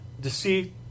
deceit